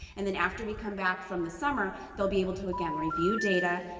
and then after we come back from the summer, they'll be able to again review data,